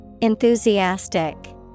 Enthusiastic